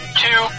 two